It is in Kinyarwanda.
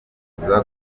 gutegura